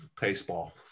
baseball